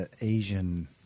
Asian